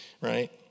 Right